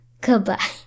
Goodbye